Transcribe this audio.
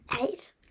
eight